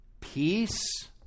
peace